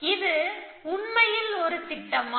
இது உண்மையில் ஒரு திட்டமா